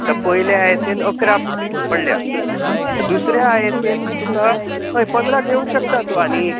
आतां पयल्या I S N अकरा पडल्या दुसऱ्या आय एस एन तुका हय पंदरा घेवंक शकता तूं आनी